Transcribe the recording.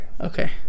Okay